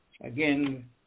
again